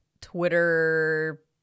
Twitter